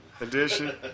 edition